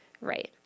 Right